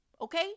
Okay